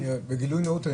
בגילוי נאות,